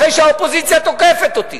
אחרי שהאופוזיציה תוקפת אותי,